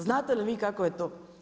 Znate li vi kako je to?